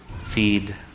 Feed